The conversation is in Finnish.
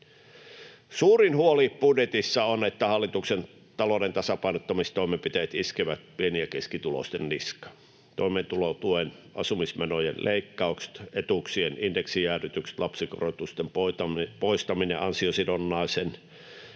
Suurin huoli budjetissa on, että hallituksen talouden tasapainottamistoimenpiteet iskevät pieni- ja keskituloisten niskaan. Toimeentulotuen asumismenojen leikkaukset, etuuksien indeksijäädytykset, lapsikorotusten poistaminen, ansiosidonnaisen